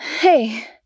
Hey